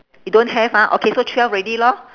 you don't have ah okay so twelve already lor